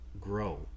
grow